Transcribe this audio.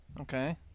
Okay